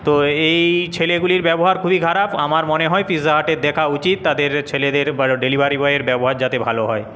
তো এই ছেলেগুলির ব্যবহার খুবই খারাপ আমার মনে হয় পিজ্জা হাটের দেখা উচিৎ তাদের ছেলেদের ডেলিভারি বয়ের ব্যবহার যাতে ভালো হয়